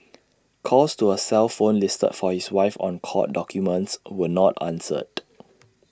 calls to A cell phone listed for his wife on court documents were not answered